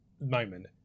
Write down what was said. moment